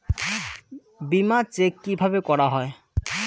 বিমা চেক কিভাবে করা হয়?